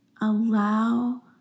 Allow